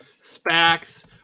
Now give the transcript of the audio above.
SPACs